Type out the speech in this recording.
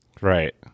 Right